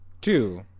Two